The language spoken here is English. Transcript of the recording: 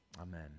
Amen